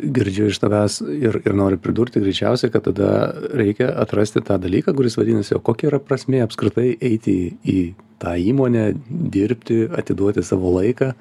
girdžiu iš tavęs ir ir noriu pridurti greičiausiai kad tada reikia atrasti tą dalyką kuris vadinasi o kokia yra prasmė apskritai eiti į tą įmonę dirbti atiduoti savo laiką